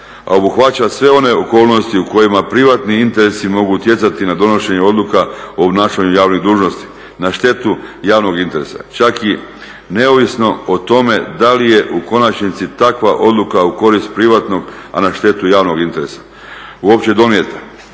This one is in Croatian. a obuhvaća sve one okolnosti u kojima privatni interes mogu utjecati na donošenju odluka o obnašanju javne dužnosti na štetu javnog interesa, čak i neovisno o tome da li je u konačnici takva odluka u korist privatnog, a na štetu javnog interesa uopće donijeta,